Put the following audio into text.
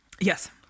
Yes